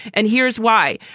and here's why.